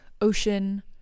Ocean